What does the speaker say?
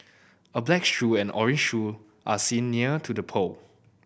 a black shoe and orange shoe are seen near to the pole